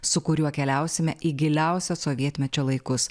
su kuriuo keliausime į giliausio sovietmečio laikus